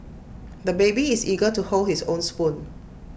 the baby is eager to hold his own spoon